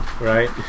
right